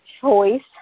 choice